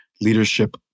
Leadership